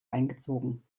eingezogen